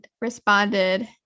responded